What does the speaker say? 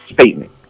statement